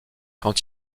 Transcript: quand